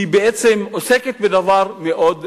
היא בעצם עוסקת בדבר מאוד רגיש.